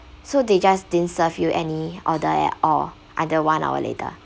so they just didn't serve you any order at all until one hour later